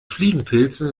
fliegenpilzen